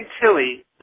Tilly